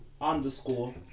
underscore